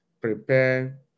prepare